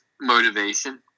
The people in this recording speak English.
motivation